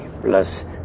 plus